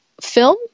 film